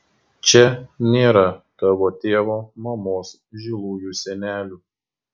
čia nėra tavo tėvo mamos žilųjų senelių